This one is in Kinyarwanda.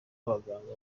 abaganga